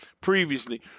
previously